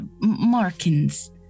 markings